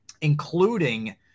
including